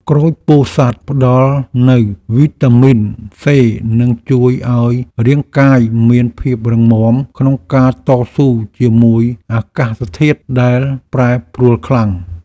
ក្រូចពោធិ៍សាត់ផ្ដល់នូវវីតាមីនសេនិងជួយឱ្យរាងកាយមានភាពរឹងមាំក្នុងការតស៊ូជាមួយអាកាសធាតុដែលប្រែប្រួលខ្លាំង។